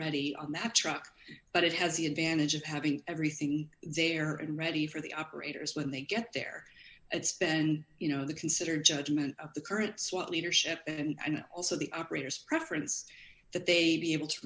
ready on that truck but it has the advantage of having everything there and ready for the operators when they get there and spend you know the considered judgment of the current slot leadership and also the operators preference that they be able to